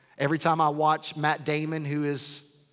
every time i watch matt damon, who is.